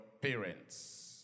parents